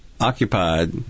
occupied